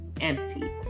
Empty